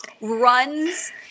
runs